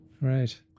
right